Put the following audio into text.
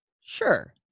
Sure